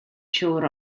siŵr